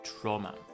trauma